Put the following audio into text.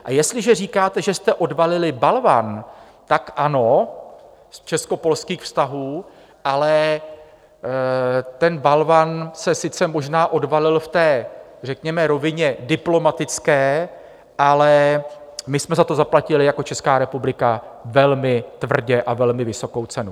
A jestliže říkáte, že jste odvalili balvan, tak ano, z českopolských vztahů, ale ten balvan se sice možná odvalil v té řekněme rovině diplomatické, ale my jsme za to zaplatili jako Česká republika velmi tvrdě a velmi vysokou cenu.